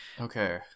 okay